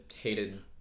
hated